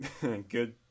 good